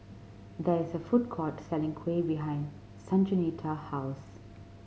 there is a food court selling kuih behind Sanjuanita house